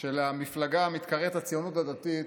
של המפלגה המתקראת הציונות הדתית,